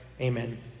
amen